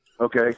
Okay